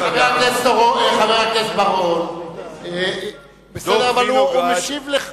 חבר הכנסת בר-און, בסדר, אבל הוא משיב לך.